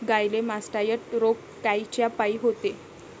गाईले मासटायटय रोग कायच्यापाई होते?